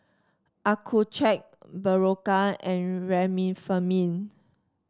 Accucheck Berocca and Remifemin